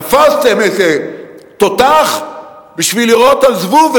תפסתם איזה תותח בשביל לירות על זבוב,